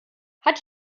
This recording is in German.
hat